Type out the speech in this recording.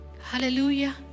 Hallelujah